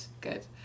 good